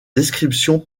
description